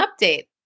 update